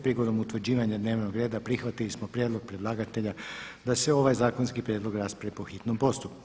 Prigodom utvrđivanja dnevnog reda prihvatili smo prijedlog predlagatelja da se ovaj zakonski prijedlog raspravi po hitnom postupku.